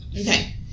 Okay